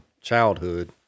childhood